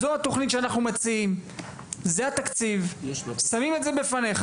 וזאת התכנית שהם מציעים וזה התקציב שהם שמים בפניו